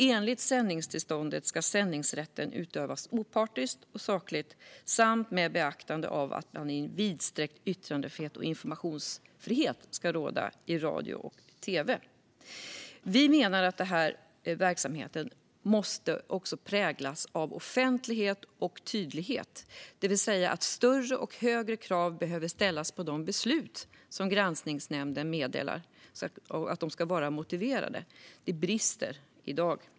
Enligt sändningstillståndet ska sändningsrätten utövas opartiskt och sakligt samt med beaktande av att vidsträckt yttrandefrihet och informationsfrihet ska råda i radio och tv. Vi menar att den här verksamheten också måste präglas av offentlighet och tydlighet, det vill säga att större och högre krav behöver ställas på att de beslut som Granskningsnämnden meddelar ska vara motiverade. Det brister i dag.